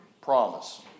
Promise